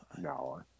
No